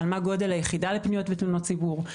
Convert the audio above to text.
מה גודל היחידה לתלונות ופניות ציבור,